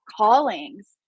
callings